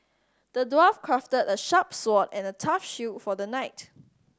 the dwarf crafted a sharp sword and a tough shield for the knight